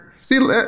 See